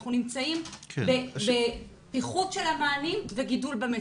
אנחנו נמצאים בפיחות של המענים וגידול במצוקות.